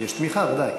יש תמיכה, ודאי.